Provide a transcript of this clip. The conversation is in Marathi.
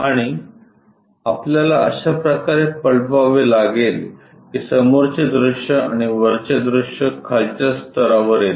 आणि आपल्याला अशा प्रकारे पलटवावे लागेल की समोरचे दृश्य आणि वरचे दृश्य खालच्या स्तरावर येते